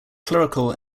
clerical